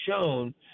shown